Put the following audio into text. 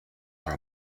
are